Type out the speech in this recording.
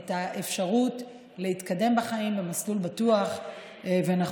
את האפשרות להתקדם בחיים במסלול בטוח ונכון,